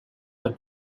are